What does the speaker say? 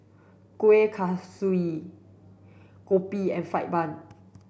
Kueh Kaswi Kopi and fried bun